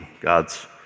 God's